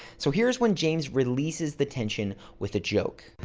so here's when james releases the tension with a joke.